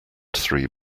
three